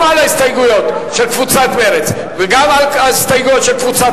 גם על ההסתייגויות של קבוצת מרצ וגם על ההסתייגויות של קבוצת